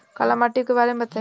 काला माटी के बारे में बताई?